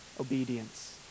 obedience